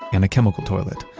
and a chemical toilet,